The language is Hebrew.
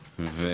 הממשלה,